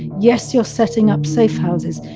yes, you're setting up safe houses.